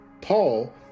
Paul